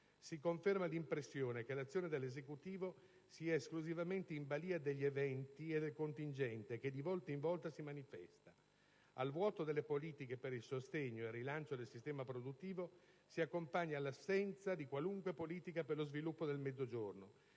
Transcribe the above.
Si conferma l'impressione che l'azione dell'Esecutivo sia esclusivamente in balia degli eventi e delle contingenze che di volta in volta si manifestano. Al vuoto delle politiche per il sostegno e il rilancio del sistema produttivo si accompagna l'assenza di qualunque politica per lo sviluppo del Mezzogiorno,